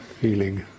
feeling